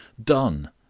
done.